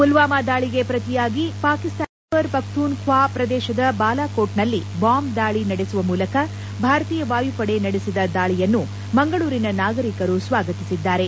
ಪುಲ್ವಾಮಾ ದಾಳಗೆ ಪ್ರತಿಯಾಗಿ ಪಾಕಿಸ್ತಾನದ ಚೈಬರ್ ಪಖ್ತೂನ್ಖ್ವಾ ಪ್ರದೇಶದ ಬಾಲಾಕೋಟ್ನಲ್ಲಿ ಬಾಂಬ್ ದಾಳಿ ನಡೆಸುವ ಮೂಲಕ ಭಾರತೀಯ ವಾಯುಪಡೆ ನಡೆಸಿದ ದಾಳಿಯನ್ನು ಮಂಗಳೂರಿನ ನಾಗರಿಕರು ಸ್ವಾಗತಿಸಿದ್ದಾರೆ